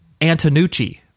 antonucci